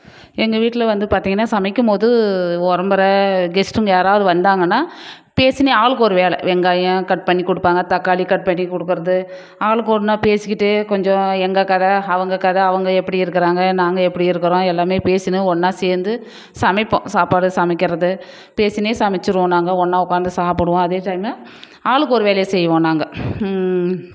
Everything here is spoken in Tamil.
எங்கள் வீட்டில் வந்து பார்த்தீங்கன்னா சமைக்கும் போது ஒரம்பர கெஸ்ட்டுங்க யாராவது வந்தாங்கன்னால் பேசினே ஆளுக்கு ஒரு வேலை வெங்காயம் கட் பண்ணி கொடுப்பாங்க தக்காளி கட் பண்ணி கொடுக்கறது ஆளுக்கொன்றா பேசிக்கிட்டே கொஞ்சம் எங்கள் கதை அவங்க கதை அவங்க எப்படி இருக்கிறாங்க நாங்கள் எப்படி இருக்கிறோம் எல்லாமே பேசினு ஒன்றா சேர்ந்து சமைப்போம் சாப்பாடு சமைக்கிறது பேசினே சமைச்சிடுவோம் நாங்கள் ஒன்றா உட்காந்து சாப்பிடுவோம் அதே டைமு ஆளுக்கு ஒரு வேலையை செய்வோம் நாங்கள்